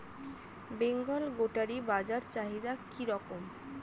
বেঙ্গল গোটারি বাজার চাহিদা কি রকম?